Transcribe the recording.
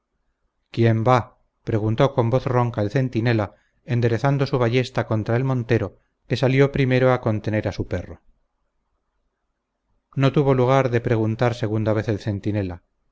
quién va preguntó con voz ronca el centinela enderezando su ballesta contra el montero que salió primero a contener a su perro no tuvo lugar de preguntar segunda vez el centinela